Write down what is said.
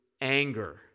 anger